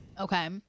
Okay